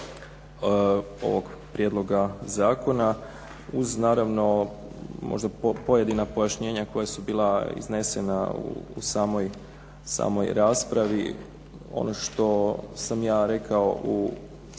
prijedloga zakona uz naravno možda pojedina pojašnjenja koja su bila iznesena u samoj raspravi. Ono što sam ja rekao u